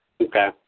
Okay